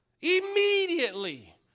Immediately